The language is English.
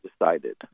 decided